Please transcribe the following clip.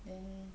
then